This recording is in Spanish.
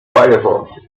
firefox